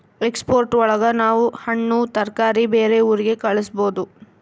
export ಒಳಗ ನಾವ್ ಹಣ್ಣು ತರಕಾರಿ ಬೇರೆ ಊರಿಗೆ ಕಳಸ್ಬೋದು